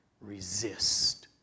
resist